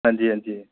हंजी हंजी